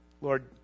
Lord